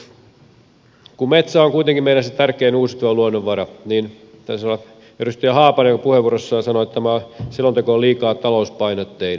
kun metsä on kuitenkin meillä se tärkein uusiutuva luonnonvara niin taisi olla edustaja haapanen joka puheenvuorossaan sanoi että tämä selonteko on liikaa talouspainotteinen